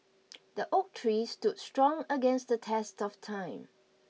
the oak tree stood strong against the test of time